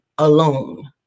Alone